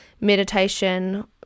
meditation